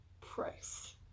Price